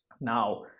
Now